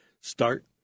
Start